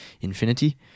infinity